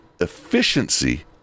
efficiency